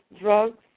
drugs